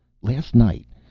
last night,